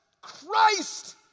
Christ